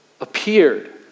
appeared